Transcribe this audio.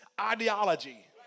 ideology